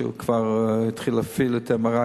שכבר התחיל להפעיל את ה-MRI.